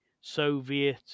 Soviet